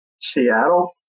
Seattle